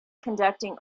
conducting